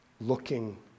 looking